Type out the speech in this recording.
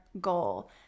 goal